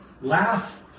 Laugh